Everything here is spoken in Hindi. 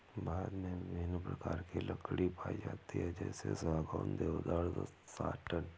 भारत में विभिन्न प्रकार की लकड़ी पाई जाती है जैसे सागौन, देवदार, साटन